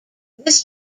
this